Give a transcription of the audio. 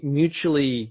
mutually